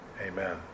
amen